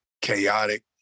chaotic